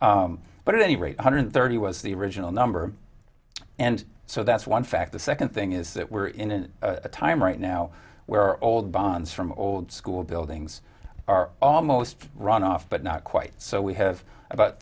but at any rate one hundred thirty was the original number and so that's one fact the second thing is that we're in a time right now where old bonds from old school buildings are almost run off but not quite so we have about